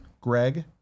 Greg